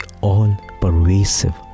all-pervasive